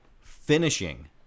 Finishing